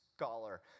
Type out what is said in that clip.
scholar